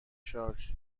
شارژ